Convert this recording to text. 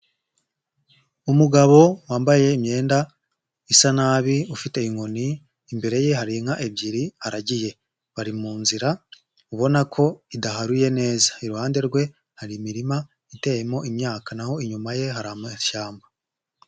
Umugabo wambaye imyenda isa nabi, ufite inkoni, imbere ye hari inka ebyiri aragiye. Bari mu nzira, ubona ko idaharuye neza. Iruhande rwe hari imirima iteyemo imyaka naho inyuma ye hari amashyamba.